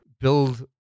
build